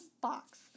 box